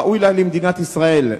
ראוי לה למדינת ישראל,